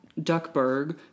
Duckburg